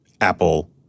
Apple